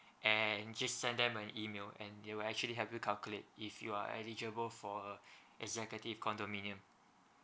and just send them an email and they will actually have you calculate if you are eligible for uh executive condominium